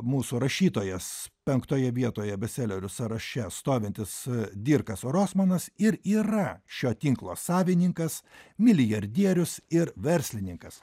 mūsų rašytojas penktoje vietoje bestselerių sąraše stovintis dirkas rosmanas ir yra šio tinklo savininkas milijardierius ir verslininkas